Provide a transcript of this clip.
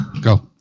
Go